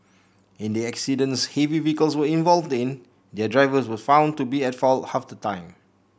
in the accidents heavy vehicles were involved in their drivers were found to be at fault half the time